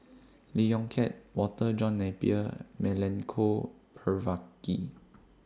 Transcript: Lee Yong Kiat Walter John Napier Milenko Prvacki